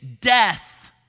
death